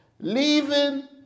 Leaving